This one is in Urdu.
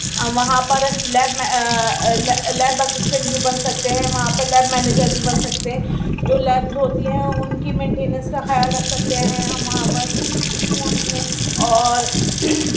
وہاں پر لیب میں لیب اسسٹنٹ بھی بن سکتے ہیں وہاں پہ لیب مینیجر بھی بن سکتے ہیں جو لیبز ہوتی ہے ان کی مینٹینینس کا خیال رکھ سکتے ہیں ہم وہاں پر اسکولس میں اور